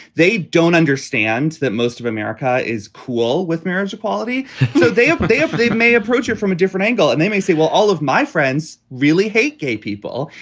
they don't understand that most of america is cool with marriage equality. so they have they have they may approach approach it from a different angle and they may say, well, all of my friends really hate gay people.